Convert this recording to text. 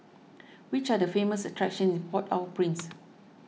which are the famous attractions in Port Au Prince